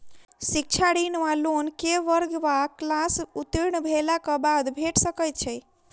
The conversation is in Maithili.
शिक्षा ऋण वा लोन केँ वर्ग वा क्लास उत्तीर्ण भेलाक बाद भेट सकैत छी?